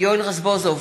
יואל רזבוזוב,